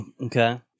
Okay